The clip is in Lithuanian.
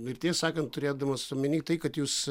vertė sakant turėdamas omeny tai kad jūs